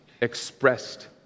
expressed